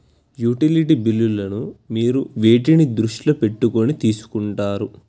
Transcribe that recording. Utility బిల్లులను మీరు వేటిని దృష్టిలో పెట్టుకొని తీసుకుంటారు?